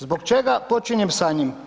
Zbog čega počinjem sa njim?